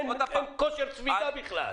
אין כושר שליטה בכלל.